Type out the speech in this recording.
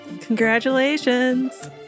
congratulations